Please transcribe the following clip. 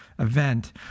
event